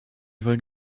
wollen